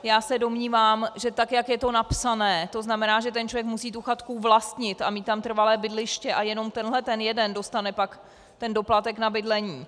Já se domnívám, že tak jak je to napsané, to znamená, že ten člověk musí tu chatku vlastnit a mít tam trvalé bydliště, a jenom tenhle ten jeden dostane pak ten doplatek na bydlení.